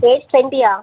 age ట్వంటీయా